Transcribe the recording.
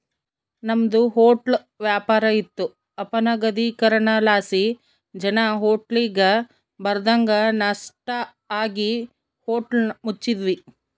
ನಮ್ದು ಹೊಟ್ಲ ವ್ಯಾಪಾರ ಇತ್ತು ಅಪನಗದೀಕರಣಲಾಸಿ ಜನ ಹೋಟ್ಲಿಗ್ ಬರದಂಗ ನಷ್ಟ ಆಗಿ ಹೋಟ್ಲ ಮುಚ್ಚಿದ್ವಿ